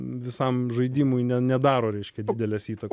visam žaidimui ne nedaro reiškia didelės įtakos